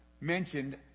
mentioned